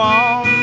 on